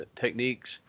techniques